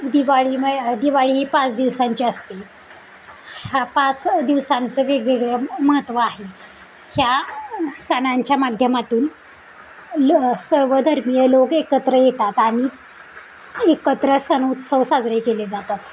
दिवाळीमय दिवाळी ही पाच दिवसांची असते ह्या पाच दिवसांचं वेगवेगळं महत्त्व आहे ह्या सणांच्या माध्यमातून ल सर्वधर्मीय लोक एकत्र येतात आणि एकत्र सण उत्सव साजरे केले जातात